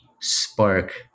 spark